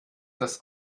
das